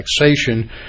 taxation